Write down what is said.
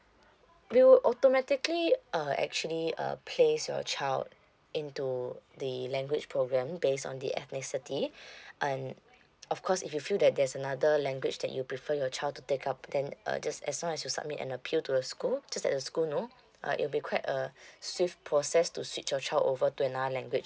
we will actually uh actually uh place your child into the language program based on the ethnicity um of course if you feel that there's another language that you prefer your child to take up then uh just as long as you submit an appeal to the school just let the school know uh it'll be quite a swift process to switch your child over to another language